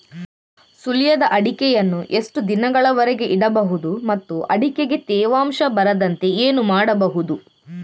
ಸುಲಿಯದ ಅಡಿಕೆಯನ್ನು ಎಷ್ಟು ದಿನಗಳವರೆಗೆ ಇಡಬಹುದು ಮತ್ತು ಅಡಿಕೆಗೆ ತೇವಾಂಶ ಬರದಂತೆ ಏನು ಮಾಡಬಹುದು?